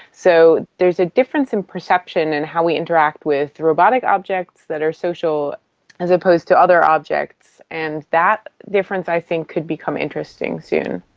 so there's a difference in perception and how we interact with robotic objects that are social as opposed to other objects. and that difference i think could become interesting soon.